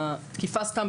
תקיפה סתם,